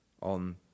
on